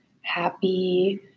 happy